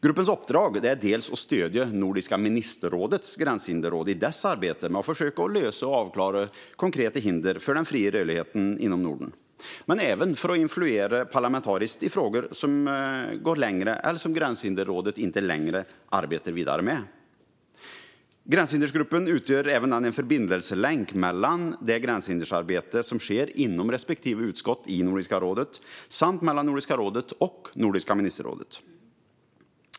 Gruppens uppdrag är dels att stödja Nordiska ministerrådets gränshinderråd i dess arbete med att försöka lösa och avklara konkreta hinder för den fria rörligheten inom Norden, dels att influera parlamentariskt i frågor som går längre eller som Gränshinderrådet inte längre arbetar vidare med. Gränshindergruppen utgör även en förbindelselänk mellan de olika utskottens gränshinderarbete inom Nordiska rådet samt mellan Nordiska rådet och Nordiska ministerrådet.